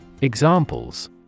Examples